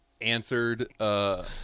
answered